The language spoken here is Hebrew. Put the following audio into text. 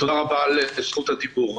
תודה רבה על רשות הדיבור.